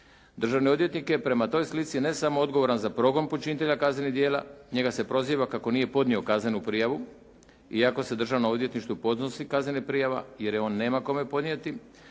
Državni odvjetnik je prema toj slici ne samo odgovoran za progon počinitelja kaznenih djela, njega se proziva kako nije podnio kaznenu prijavu iako se državnom odvjetništvu podnosi kaznena prijava, jer je on nema kome podnijeti